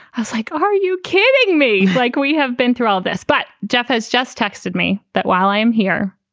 i was like, are you kidding me? like, we have been through all of this. but jeff has just texted me that while i'm here,